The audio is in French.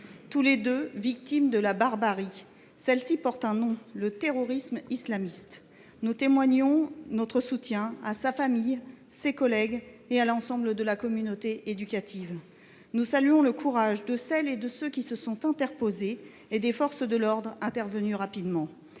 Tous les deux ont été victimes de la barbarie, et celle ci porte un nom : le terrorisme islamiste. Nous témoignons notre soutien à sa famille, à ses collègues et à l’ensemble de la communauté éducative. Nous saluons le courage de celles et de ceux qui se sont interposés, ainsi que des forces de l’ordre qui sont intervenues rapidement.